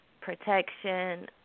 protection